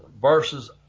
versus